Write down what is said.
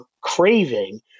craving